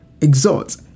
exhort